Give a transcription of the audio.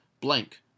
blank